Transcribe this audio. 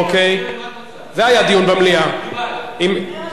לא, לדון בו במליאה, במליאה.